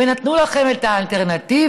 ונתנו לכם את האלטרנטיבה,